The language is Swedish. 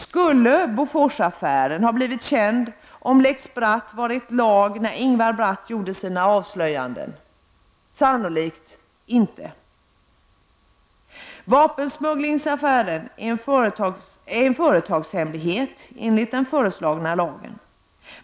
Skulle Boforsaffären ha blivit känd om lex Bratt varit lag när Ingvar Bratt gjorde sina avslöjanden? Sannolikt inte! Vapensmugglingsaffären är en företagshemlighet enligt den föreslagna lagen.